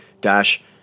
Dash